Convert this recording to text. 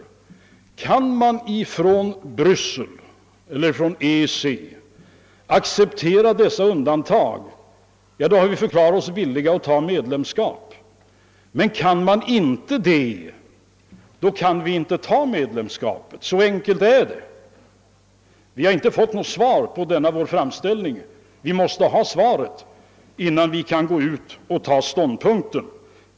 Kan man från EEC:s sida godta dessa undantag, så har vi förklarat oss villiga till medlemskap. I annat fall kan vi inte acceptera ett medlemskap. Så enkelt är det. Vi har inte fått något svar på denna vår framställning, men vi måste ha ett sådant svar, innan vi kan ta ståndpunkt.